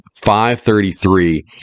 533